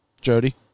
Jody